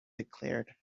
declared